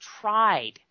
tried –